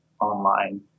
online